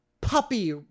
puppy